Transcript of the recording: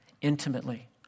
intimately